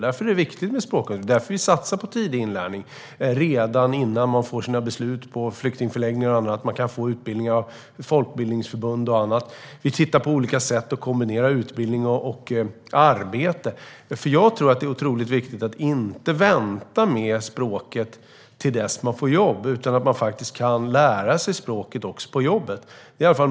Därför är det viktigt med språkundervisning, och det är därför vi satsar på tidig inlärning på flyktingförläggningar och annat redan innan man får sina beslut. Man kan också få utbildning av till exempel folkbildningsförbund. Vi tittar på olika sätt att kombinera utbildning och arbete, för jag tror att det är otroligt viktigt att inte vänta med språket till dess man får jobb utan att man faktiskt också kan lära sig språket på jobbet.